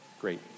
Great